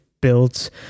Builds